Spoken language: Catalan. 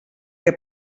que